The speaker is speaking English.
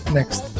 Next